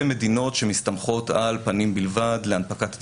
מדינות שמסתמכות על פנים בלבד להנפקת התיעוד,